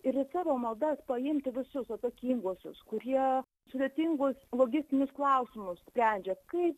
ir į savo maldas paimti visus atsakinguosius kurie sudėtingu logistinius klausimus sprendžia kaip